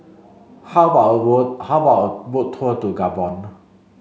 how about a how about a boat tour to Gabon